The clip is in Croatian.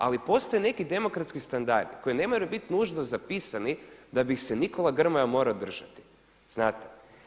Ali postoje neki demokratski standardi koji ne moraju biti nužno zapisani da bi ih se Nikola Grmoja morao držati, znate.